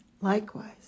Likewise